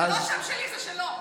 זה לא השם שלי, זה שלו.